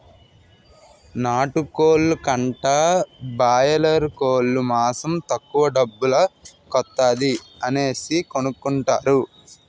నాటుకోలు కంటా బాయలేరుకోలు మాసం తక్కువ డబ్బుల కొత్తాది అనేసి కొనుకుంటారు